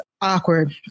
awkward